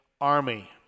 army